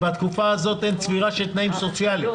בתקופה הזאת אין צבירה של תנאים סוציאליים.